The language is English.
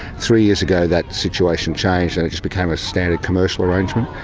three years ago that situation changed just became a standard commercial arrangement.